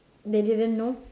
they didn't know